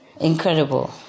incredible